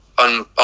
on